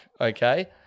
okay